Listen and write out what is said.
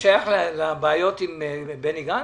זה שייך לבעיות עם בני גנץ?